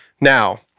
Now